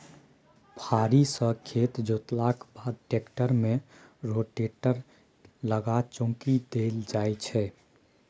फारी सँ खेत जोतलाक बाद टेक्टर मे रोटेटर लगा चौकी देल जाइ छै